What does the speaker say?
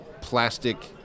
plastic